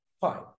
fine